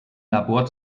labor